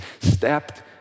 stepped